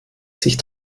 sich